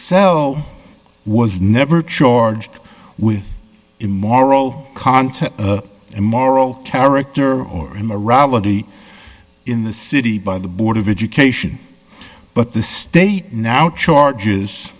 cell was never charged with immoral content and moral character or immorality in the city by the board of education but the state now charges